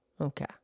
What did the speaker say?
Okay